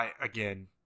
Again